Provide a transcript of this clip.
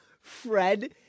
Fred